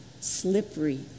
slippery